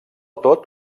tot